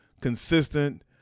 consistent